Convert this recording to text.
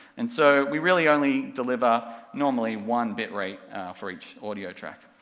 and so, we really only deliver normally one bit rate for each audio track.